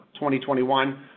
2021